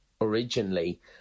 originally